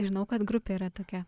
žinau kad grupė yra tokia